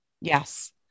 Yes